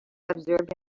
observed